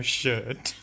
shirt